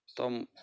ତ